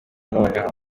noneho